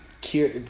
cure